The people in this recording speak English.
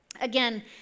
again